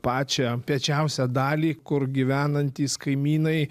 pačią piečiausią dalį kur gyvenantys kaimynai